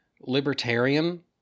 libertarian